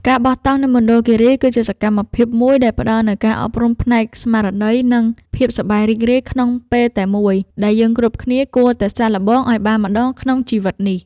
ការបោះតង់នៅមណ្ឌលគីរីគឺជាសកម្មភាពមួយដែលផ្តល់នូវការអប់រំផ្នែកស្មារតី និង ភាពសប្បាយរីករាយក្នុងពេលតែមួយដែលយើងគ្រប់គ្នាគួរតែសាកល្បងឱ្យបានម្ដងក្នុងជីវិតនេះ។